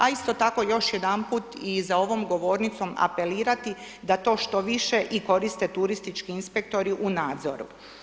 A isto tako još jedanput i za ovom govornicom apelirati da to što više i koriste turistički inspektori u nadzor.